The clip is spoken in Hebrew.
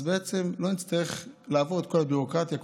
אז בעצם לא נצטרך לעבור את כל הביורוקרטיה,